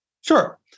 Sure